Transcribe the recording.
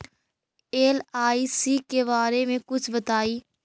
LIC के बारे मे कुछ बताई?